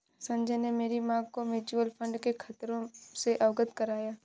संजय ने मेरी मां को म्यूचुअल फंड के खतरों से अवगत कराया